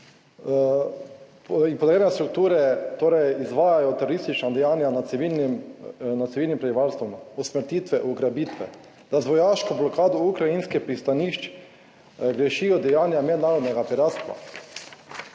podreja strukture, torej izvajajo teroristična dejanja nad civilnim, nad civilnim prebivalstvom, usmrtitve, ugrabitve, da z vojaško blokado ukrajinskih pristanišč grešijo dejanja mednarodnega piratstva,